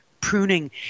pruning